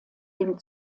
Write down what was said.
dem